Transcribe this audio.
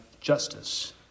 justice